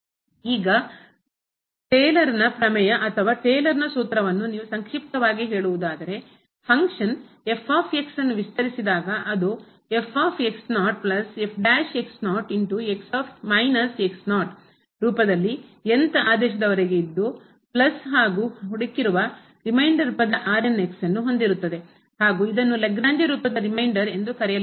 ಈಗ ಟೇಲರ್ನ ಪ್ರಮೇಯ ಅಥವಾ ಟೇಲರ್ನ ಸೂತ್ರವನ್ನು ನೀವು ಸಂಕ್ಷಿಪ್ತವಾಗಿ ಹೇಳುವುದಾದರೆ ಫಂಕ್ಷನ್ ನ್ನು ರಿಸಿದಾಗ ಅದು ರೂಪದಲ್ಲಿ th ಆದೇಶದವರೆಗೆ ಇದ್ದು ಪ್ಲಸ್ ಹಾಗೂ ಹುಡುಕಿರುವ ರಿಮೈಂಡರ್ ಪದ ನ್ನು ಹೊಂದಿರುತ್ತದೆ ಹಾಗೂ ಇದನ್ನು ಲ್ಯಾಗ್ರೇಂಜ್ ರೂಪದ ರಿಮೈಂಡರ್ ಎಂದು ಕರೆಯಲಾಗುತ್ತದೆ